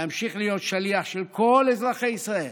ואמשיך להיות שליח של כל אזרחי ישראל